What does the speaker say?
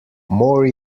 more